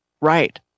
right